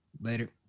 Later